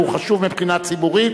והוא חשוב מבחינה ציבורית.